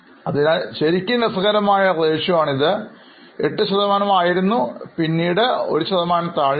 അതിനാൽ ശരിക്കും രസകരമായ അനുപാതം ആണിത് 8 ആയിരുന്നു പിന്നീട് ഒരു ശതമാനത്തിൽ താഴെയായി